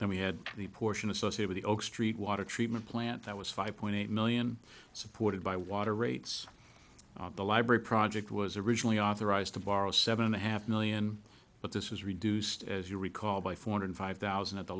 then we had the portion associated the oak street water treatment plant that was five point eight million supported by water rates the library project was originally authorized to borrow seven and a half million but this was reduced as you recall by four hundred five thousand at the